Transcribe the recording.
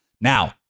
Now